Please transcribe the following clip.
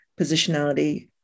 positionality